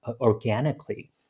organically